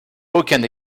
aucun